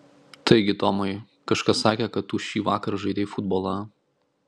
taigi tomai kažkas sakė kad tu šįvakar žaidei futbolą